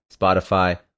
Spotify